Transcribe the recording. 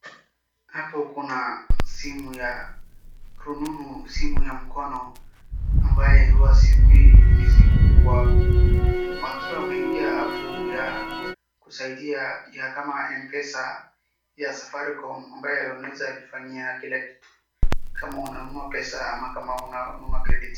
HApo kuna simu ya rununu, simu ya mkono ambaye huwa simu hii ni simu kubwa wakiwa wameingia hapo ya kusaidia ya kama mpesa, ya safaricom ambaye unaweza jifanyia kila kitu, kama unanunua pesa ama kama hauna credit .